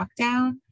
lockdown